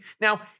Now